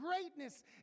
greatness